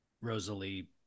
Rosalie